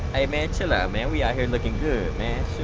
hey man, chill out man. we out here looking good man,